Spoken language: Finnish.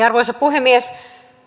arvoisa puhemies